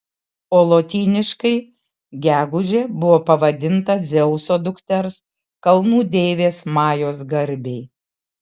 o lotyniškai gegužė buvo pavadinta dzeuso dukters kalnų deivės majos garbei